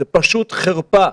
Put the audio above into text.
זאת פשוט חרפה.